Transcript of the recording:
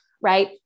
right